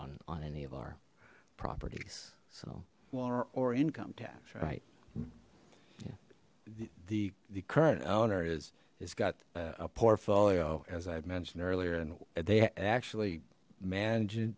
on on any of our properties so water or income tax right the the current owner is it's got a portfolio as i've mentioned earlier and they actually manage